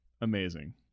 amazing